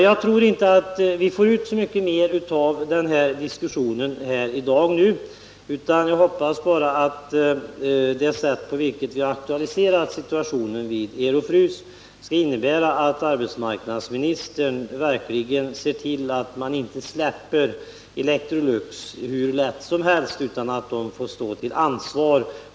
Jag tror inte att vi får ut så mycket mera av den här diskussionen i dag, men jag hoppas att det sätt på vilket vi aktualiserat situationen vid Ero-Frys AB skall medföra att arbetsmarknadsministern verkligen ser till att man inte släpper Electrolux hur lätt som helst utan att koncernen får stå till ansvar.